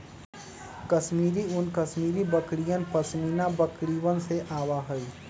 कश्मीरी ऊन कश्मीरी बकरियन, पश्मीना बकरिवन से आवा हई